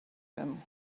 him